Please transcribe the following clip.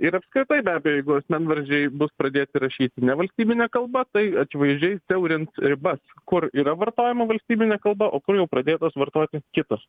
ir apskritai be abejo jeigu asmenvardžiai bus pradėti rašyti nevalstybine kalba tai akivaizdžiai siaurins ribas kur yra vartojama valstybinė kalba o kur jau pradėtos vartoti kitos